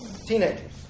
Teenagers